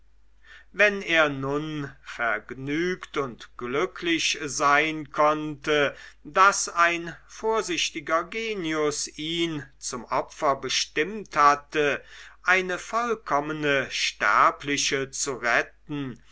wenn er nun vergnügt und glücklich sein konnte daß ein vorsichtiger genius ihn zum opfer bestimmt hatte eine vollkommene sterbliche zu retten